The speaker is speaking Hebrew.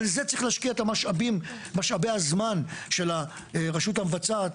על זה יש להשקיע את משאבי הזמן של הרשות המבצעת,